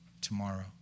tomorrow